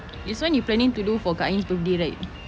this one you planning to do for kak ain's birthday right